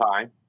time